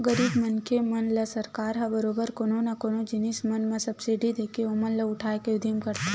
गरीब मनखे मन ल सरकार ह बरोबर कोनो न कोनो जिनिस मन म सब्सिडी देके ओमन ल उठाय के उदिम करथे